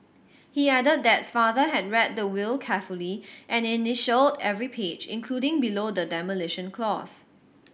he added that father had read the will carefully and initialled every page including below the demolition clause